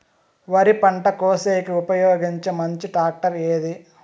వరి పంట కోసేకి ఉపయోగించే మంచి టాక్టర్ ఏది?